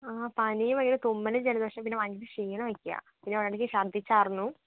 ആ പനിയും ഭയങ്കര തുമ്മലും ജലദോഷവും പിന്നെ ഭയങ്കര ക്ഷീണോക്കെയാ പിന്നെ ഇടക്ക് ചർദ്ദിച്ചായിരുന്നു